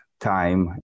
time